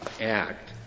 Act